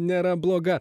nėra bloga